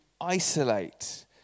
isolate